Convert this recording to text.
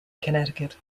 connecticut